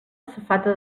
safata